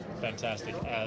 fantastic